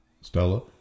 Stella